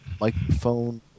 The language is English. microphone